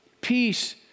Peace